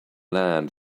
land